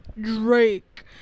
Drake